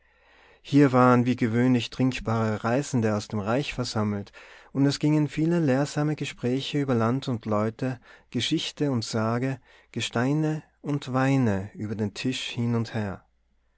hier waren wie gewöhnlich trinkbare reisende aus dem reich versammelt und es gingen viele lehrsame gespräche über land und leute geschichte und sage gesteine und weine über den tisch hin und her